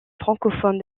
francophones